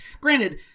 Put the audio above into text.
granted